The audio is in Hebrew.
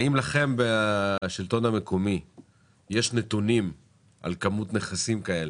האם יש לכם בשלטון המקומי נתונים על כמות נכסים כאלה?